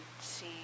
see